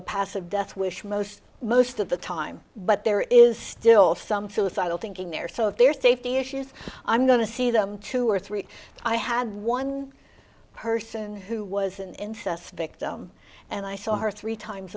a passive death wish most most of the time but there is still some philosophical thinking there so if there are safety issues i'm going to see them two or three i had one person who was an incest victim and i saw her three times